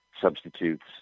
substitutes